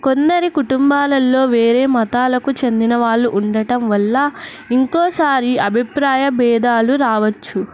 కొందరి కుటుంబాలల్లో వేరే మతాలకు చెందిన వాళ్ళు ఉండటం వల్ల ఇంకోసారి అభిప్రాయ భేధాలు రావచ్చు